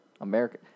America